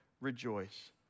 Rejoice